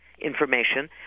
information